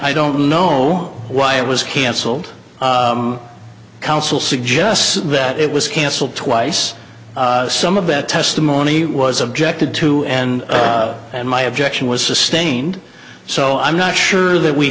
i don't know why it was cancelled council suggests that it was canceled twice some of that testimony was objected to and and my objection was sustained so i'm not sure that we